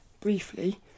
briefly